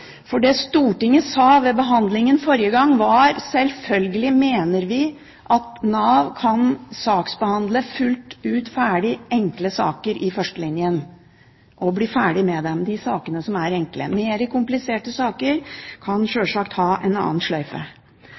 Det Stortinget sa ved behandlingen forrige gang, var at Nav selvfølgelig kunne behandle fullt ut enkle saker i førstelinjen, og slik bli ferdig med de sakene som var enkle. Mer kompliserte saker kunne sjølsagt ha en annen sløyfe.